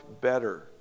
better